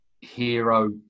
Hero